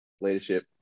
Leadership